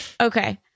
Okay